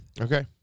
Okay